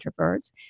introverts